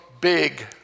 big